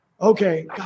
okay